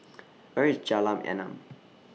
Where IS Jalan Enam